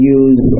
use